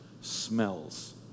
smells